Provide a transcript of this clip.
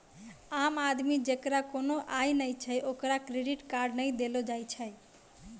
आम आदमी जेकरा कोनो आय नै छै ओकरा क्रेडिट कार्ड नै देलो जाय छै